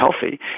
healthy